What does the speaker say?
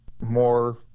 more